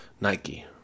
Nike